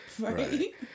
Right